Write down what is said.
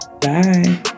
Bye